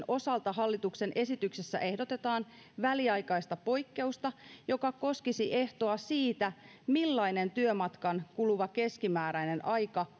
osalta hallituksen esityksessä ehdotetaan väliaikaista poikkeusta joka koskisi ehtoa siitä millainen työmatkaan kuluva keskimääräinen aika